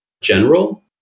general